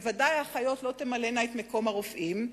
בוודאי האחיות לא תמלאנה את מקום הרופאים,